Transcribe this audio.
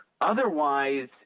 Otherwise